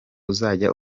uzajya